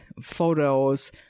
photos